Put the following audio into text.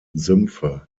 sümpfe